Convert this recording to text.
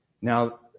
Now